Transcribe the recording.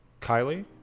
Kylie